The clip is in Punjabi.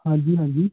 ਹਾਂਜੀ ਹਾਂਜੀ